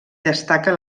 destaca